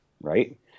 right